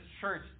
church